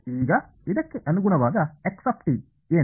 ಈಗ ಇದಕ್ಕೆ ಅನುಗುಣವಾದ x ಏನು